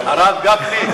הרב גפני,